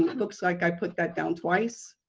looks like i put that down twice.